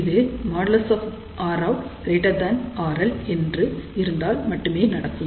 இது |Rout|RL என்று இருந்தால் மட்டுமே நடக்கும்